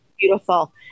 Beautiful